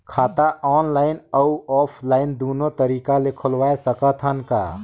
खाता ऑनलाइन अउ ऑफलाइन दुनो तरीका ले खोलवाय सकत हन का?